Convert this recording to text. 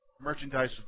Merchandise